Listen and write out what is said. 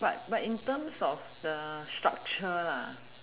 but but in terms of the structure